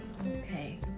okay